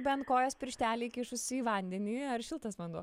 bent kojos pirštelį įkišusi į vandenį ar šiltas vanduo